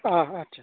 आटसा आटसा